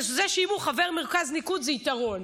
זה שאם הוא חבר מרכז ליכוד זה יתרון.